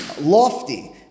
lofty